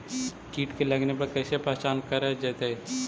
कीट के लगने पर कैसे पहचान कर जयतय?